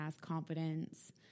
confidence